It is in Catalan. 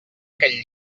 aquell